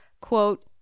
quote